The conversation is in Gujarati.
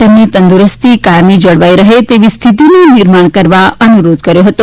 તેમણે તંદુરસ્તી કાયમી જળવાઈ રહે તેવી સ્થિતિનું નિર્માણ કરવા અનુરોધ કર્યો હતો